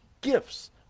gifts